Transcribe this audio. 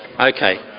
Okay